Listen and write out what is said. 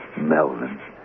Melvin